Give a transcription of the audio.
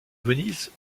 venise